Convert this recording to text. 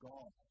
God